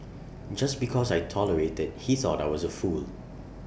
just because I tolerated he thought I was A fool